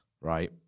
right